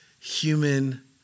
human